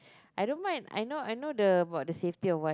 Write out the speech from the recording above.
I don't mind I know I know the about the safety a while